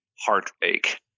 heartache